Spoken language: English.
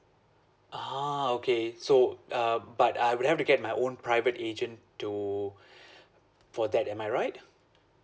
ah okay so um but I would have to get my own private agent to for that am I right